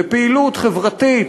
לפעילות חברתית,